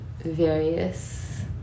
various